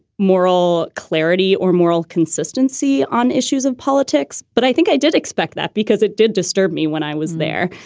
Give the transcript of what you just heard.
moral clarity or moral consistency on issues of politics. but i think i did expect that because it did disturb me when i was there.